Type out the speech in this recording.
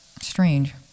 strange